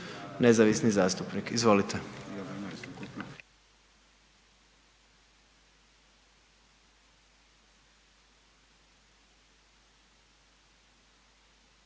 nezavisnih zastupnika kolega